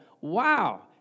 wow